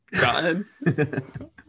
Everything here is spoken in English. God